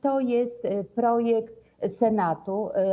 To jest projekt Senatu.